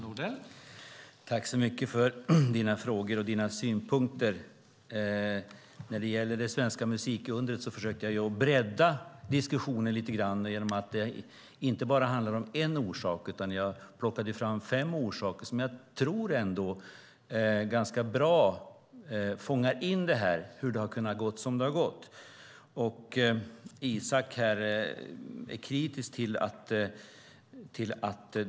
Herr talman! Tack, Isak From, för dina frågor och synpunkter. När det gäller det svenska musikundret försökte jag bredda diskussionen lite grann genom att den inte bara handlar om en orsak. Jag plockade fram fem orsaker som jag tror fångar in på ett bra sätt hur det har kunnat gå som det har gått.